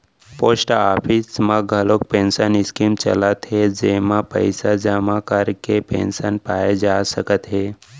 post office म घलोक pension scheme चलत हे जेमा पइसा जमा करके पेंसन पाए जा सकत हे